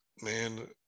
man